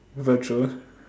virtual